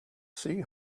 see